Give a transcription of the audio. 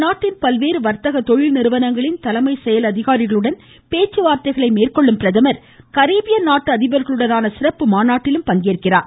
அந்நாட்டின் பல்வேறு வர்த்தக தொழில் நிறுவனங்களின் தலைமை செயல் அதிகாரிகளுடன் பேச்சு வார்த்தை மேற்கொள்ளும் பிரதமர் கரீபியன் நாட்டு அதிபர்களுடனான சிறப்பு மாநாட்டிலும் பங்கேற்கிறார்